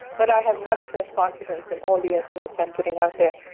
but i have much less confidence in all the estimates i'm putting out there.